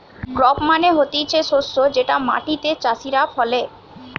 crop মানে হতিছে শস্য যেটা মাটিতে চাষীরা ফলে